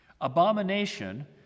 Abomination